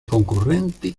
concorrenti